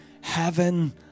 Heaven